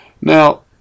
now